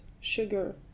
sugar